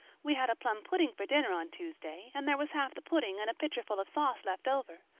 we had a plum pudding for dinner on tuesday and there was half the pudding and a pitcherful of sauce left over.